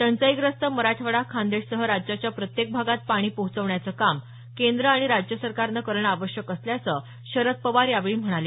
टंचाईग्रस्त मराठवाडा खानदेशसह राज्याच्या प्रत्येक भागात पाणी पोहोचवण्याचं काम केंद्र आणि राज्य सरकारनं करणं आवश्यक असल्याचं शरद पवार यावेळी म्हणाले